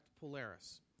Polaris